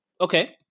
Okay